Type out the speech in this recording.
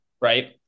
right